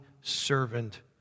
servant